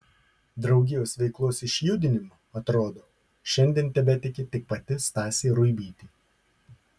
draugijos veiklos išjudinimu atrodo šiandien tebetiki tik pati stasė ruibytė